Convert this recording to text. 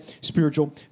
spiritual